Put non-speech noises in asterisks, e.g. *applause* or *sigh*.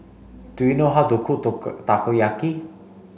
do you know how to cook *unintelligible* Takoyaki